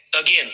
again